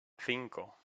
cinco